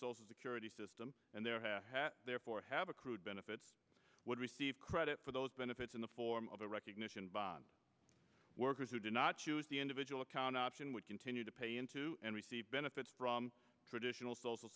social security system and there have therefore have accrued benefits would receive credit for those benefits in the form of a recognition by workers who did not choose the individual account option would continue to pay into and receive benefits from traditional social